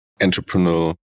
Entrepreneur